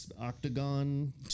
octagon